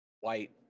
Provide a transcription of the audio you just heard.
White